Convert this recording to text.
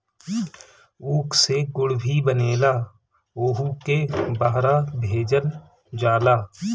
ऊख से गुड़ भी बनेला ओहुके बहरा भेजल जाला